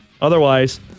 Otherwise